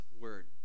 word